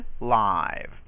live